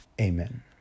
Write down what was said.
Amen